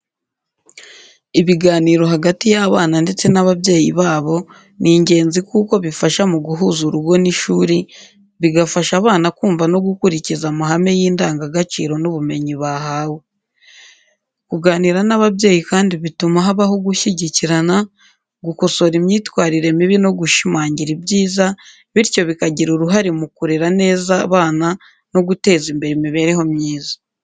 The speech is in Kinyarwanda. Ibiganiro hagati y’abana ndetse n’ababyeyi babo ni ingenzi kuko bifasha mu guhuza urugo n’ishuri, bigafasha abana kumva no gukurikiza amahame y’indangagaciro n’ubumenyi bahawe. Kuganira n’ababyeyi kandi bituma habaho gushyigikirana, gukosora imyitwarire mibi no gushimangira ibyiza, bityo bikagira uruhare mu kurera neza abana no guteza imbere imibereho myiza yabo.